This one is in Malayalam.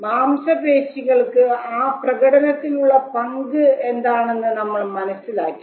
മാംസപേശികൾക്ക് ആ പ്രകടനത്തിൽ ഉള്ള പങ്ക് എന്താണെന്ന് നമ്മൾ മനസ്സിലാക്കി